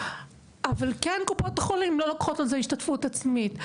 אבל כן קופות חולים לא לוקחות על זה השתתפות עצמית.